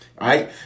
Right